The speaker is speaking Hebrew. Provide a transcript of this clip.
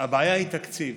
הבעיה היא תקציב.